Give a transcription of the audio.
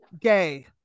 gay